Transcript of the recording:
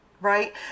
right